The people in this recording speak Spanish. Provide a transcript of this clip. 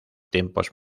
tiempos